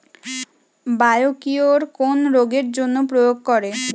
Biocure কোন রোগেরজন্য প্রয়োগ করে?